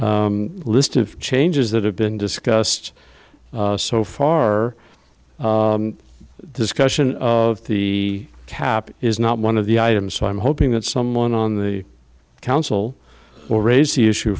the list of changes that have been discussed so far discussion of the cap is not one of the items so i'm hoping that someone on the council will raise the issue